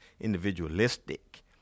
individualistic